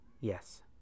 Yes